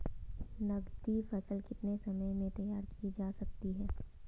नगदी फसल कितने समय में तैयार की जा सकती है?